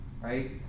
Right